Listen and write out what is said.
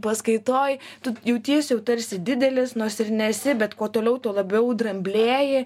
paskaitoj tu jautiesi jau tarsi didelis nors ir nesi bet kuo toliau tuo labiau dramblėji